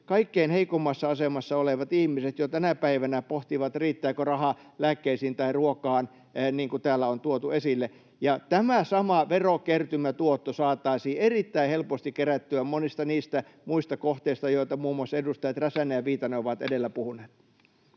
Kaikkein heikoimmassa asemassa olevat ihmiset pohtivat jo tänä päivänä, riittääkö raha lääkkeisiin tai ruokaan, niin kuin täällä on tuotu esille, ja tämä sama verokertymätuotto saataisiin erittäin helposti kerättyä monista niistä muista kohteista, joista muun muassa edustajat Räsänen ja Viitanen ovat edellä puhuneet.